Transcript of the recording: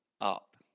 up